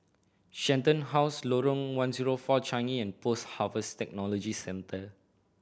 Shenton House Lorong One Zero Four Changi and Post Harvest Technology Centre